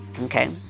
okay